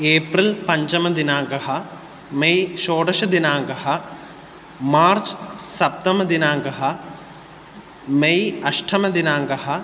April पञ्चमदिनाङ्कः May शोडषदिनाङ्कः March सप्तमदिनाङ्कः मे अष्ठमदिनाङ्कः